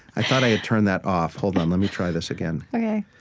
i thought i had turned that off. hold on, let me try this again ok.